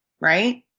right